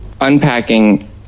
Unpacking